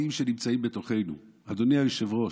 המסורתיים שנמצאים בתוכנו, אדוני היושב-ראש,